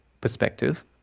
perspective